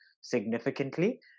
significantly